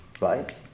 right